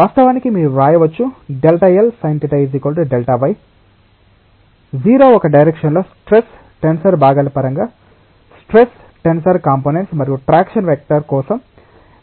వాస్తవానికి మీరు వ్రాయవచ్చు Δl sinθ Δy 0 ఒక డైరెక్షన్ లో స్ట్రెస్ టెన్సర్ భాగాల పరంగా స్ట్రెస్ టెన్సర్ కంపోనెంట్లు మరియు ట్రాక్షన్ వెక్టర్ కోసం